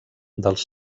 dels